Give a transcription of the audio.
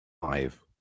five